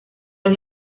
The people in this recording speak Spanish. los